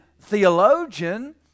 theologian